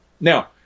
Now